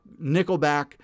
nickelback